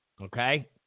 Okay